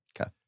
Okay